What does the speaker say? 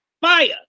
fire